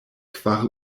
kvar